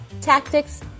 tactics